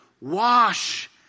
wash